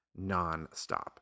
nonstop